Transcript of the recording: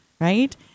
right